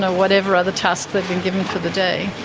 whatever other tasks they'd been given for the day.